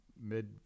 mid